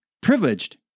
privileged